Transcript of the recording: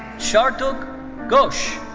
shartak ghosh.